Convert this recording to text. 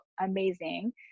amazing